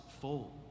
full